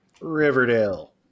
Riverdale